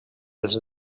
els